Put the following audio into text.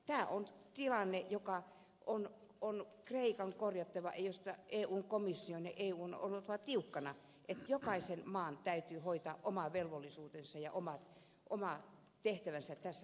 tämä on tilanne joka kreikan on korjattava ja jossa eun komission ja eun on oltava tiukkana että jokaisen maan täytyy hoitaa oma velvollisuutensa ja oma tehtävänsä tässä asiassa